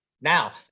Now –